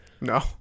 No